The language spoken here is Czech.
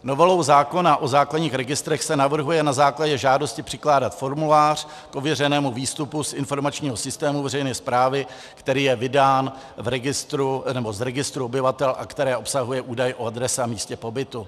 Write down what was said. Novelou zákona o základních registrech se navrhuje na základě žádosti přikládat formulář k ověřenému výstupu z informačního systému veřejné správy, který je vydán z registru obyvatel a který obsahuje údaj o adrese a místě pobytu.